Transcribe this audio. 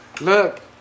Look